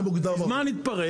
מזמן התפרק.